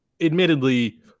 admittedly